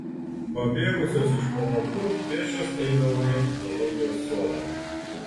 pabėgusios iš pamokų pėsčios eidavome į zoologijos sodą